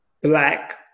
black